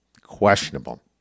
questionable